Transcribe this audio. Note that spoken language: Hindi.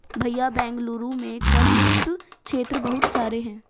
भैया बेंगलुरु में कर मुक्त क्षेत्र बहुत सारे हैं